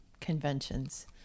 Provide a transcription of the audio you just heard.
conventions